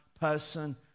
person